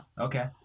Okay